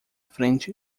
frente